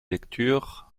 lectures